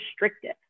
restrictive